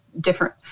different